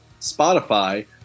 Spotify